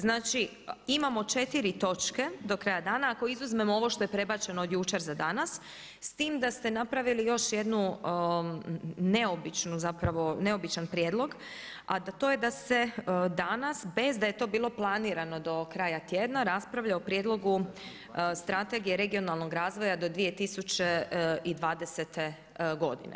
Znači imamo 4 točke, do kraja dana, ako izuzmemo ovo što je prebačeno od jučer za danas, s tim da ste napravili još jednu neobično zapravo, neobičan prijedlog, a to je da se danas, bez da je to bilo planirano do kraja tjedna raspravlja o Prijedlogu strategije regionalnog razvoja do 2020. godine.